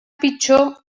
pitjor